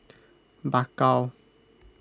Bakau